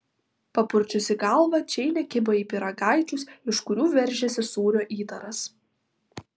papurčiusi galvą džeinė kibo į pyragaičius iš kurių veržėsi sūrio įdaras